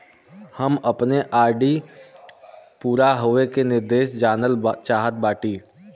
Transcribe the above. हम अपने आर.डी पूरा होवे के निर्देश जानल चाहत बाटी